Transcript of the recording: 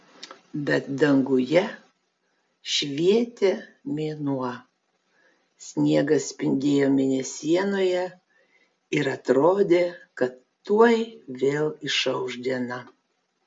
bet danguje švietė mėnuo sniegas spindėjo mėnesienoje ir atrodė kad tuoj vėl išauš diena